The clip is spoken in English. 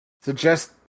suggest